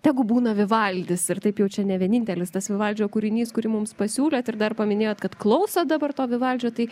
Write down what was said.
tegu būna vivaldis ir taip jau čia ne vienintelis tas vivaldžio kūrinys kurį mums pasiūlėt ir dar paminėjot kad klausot dabar to vivaldžio tai